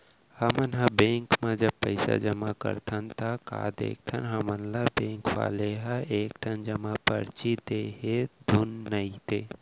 हमन ह बेंक म जब पइसा जमा करथन ता का देखथन हमन ल बेंक वाले ह एक ठन जमा पावती दे हे धुन नइ ते